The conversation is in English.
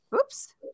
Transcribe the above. Oops